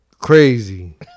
crazy